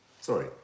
Sorry